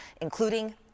including